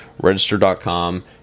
Register.com